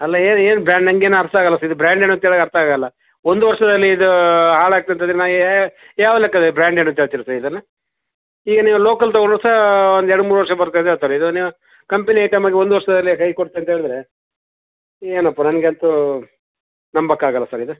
ಅಲ್ಲ ಏನು ಏನು ಬ್ರಾಂಡ್ ನನಗೇನು ಅರ್ಥ ಆಗಲ್ಲ ಸರ್ ಇದು ಬ್ರಾಂಡ್ ಏನು ಅಂತೇಳಿ ಅರ್ಥ ಆಗಲ್ಲ ಒಂದು ವರ್ಷದಲ್ಲಿ ಇದು ಹಾಳಾಗ್ತದೆ ಅಂತಂದರೆ ನಾ ಹೇ ಯಾವ ಲೆಕ್ಕದಲ್ಲಿ ಬ್ರಾಂಡ್ ಇದನ್ನು ಈಗ ನೀವು ಲೋಕಲ್ ತೊಗೊಂಡರೂ ಸಹ ಒಂದು ಎರಡು ಮೂರು ವರ್ಷ ಬರ್ತದೆ ಅಂತಾರೆ ಇದು ನೀವು ಕಂಪೆನಿ ಐಟಮ್ ಆಗಿ ಒಂದು ವರ್ಷದಲ್ಲೇ ಕೈ ಕೊಡ್ತು ಅಂತ ಹೇಳಿದರೆ ಏನೋಪ್ಪಾ ನನಗಂತೂ ನಂಬಕ್ಕಾಗಲ್ಲ ಸರ್ ಇದು